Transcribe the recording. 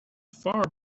far